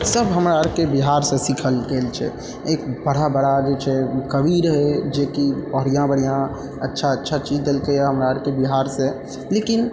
सब हमरा आरके बिहार से सीखल गेल छै बड़ा बड़ा जे छै कवि रहै जे कि बढ़िऑं बढ़िऑं अच्छा अच्छा चीज देलकै हमरा आरके बिहार से लेकिन